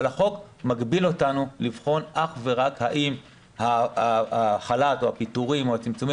אבל החוק מגביל אותנו לבחון אך ורק האם החל"ת או הפיטורים או הצמצומים